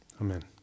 Amen